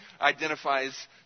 identifies